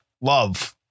love